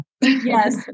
Yes